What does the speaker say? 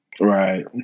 Right